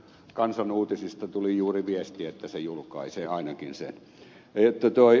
kansan uutisista tuli juuri viesti että se julkaisee ainakin sen